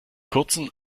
kurzen